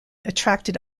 attracted